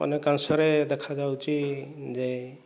ଅନେକାଂଶରେ ଦେଖାଯାଉଛି ଯେ